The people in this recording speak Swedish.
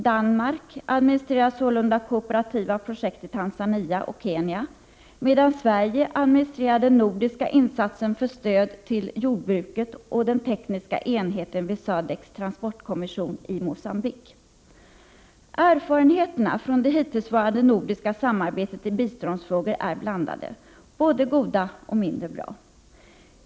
Danmark administrerar sålunda kooperativa projekt i Tanzania och Kenya, medan Sverige administrerar den nordiska insatsen för stöd till jordbruket och den tekniska enheten vid SADEC:s transportkommission i Mogambique. Erfarenheterna från det hittillsvarande nordiska samarbetet i biståndsfrågorna är blandade, både goda och mindre bra.